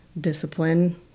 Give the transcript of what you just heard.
discipline